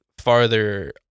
farther